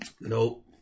Nope